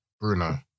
Bruno